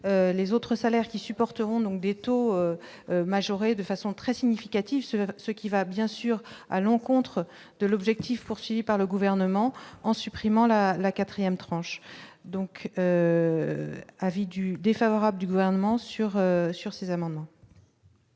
les autres salaires qui supporteront donc des taux majoré de façon très significative sur ce qui va bien sûr à l'encontre de l'objectif poursuivi par le gouvernement en supprimant la la 4ème tranche donc avis du défavorable du gouvernement sur sur ces amendements.